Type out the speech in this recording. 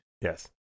Yes